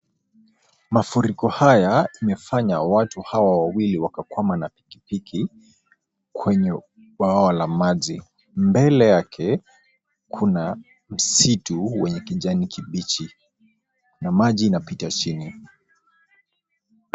Mafuriko haya yamefanya watu hawa wawili wakakwama na pikipiki kwenye bwawa la maji. Mbele yake kuna msitu wenye kijani kibichi na maji inapita chini.